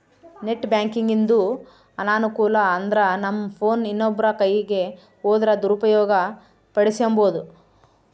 net ಬ್ಯಾಂಕಿಂಗಿಂದು ಅನಾನುಕೂಲ ಅಂದ್ರನಮ್ ಫೋನ್ ಇನ್ನೊಬ್ರ ಕೈಯಿಗ್ ಹೋದ್ರ ದುರುಪಯೋಗ ಪಡಿಸೆಂಬೋದು